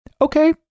Okay